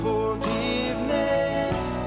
Forgiveness